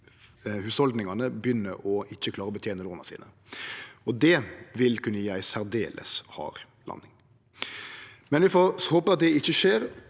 hushaldningane begynner ikkje å klare å betene låna sine. Det vil kunne gje ei særdeles hard landing. Vi får håpe at det ikkje skjer.